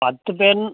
பத்து பேருன்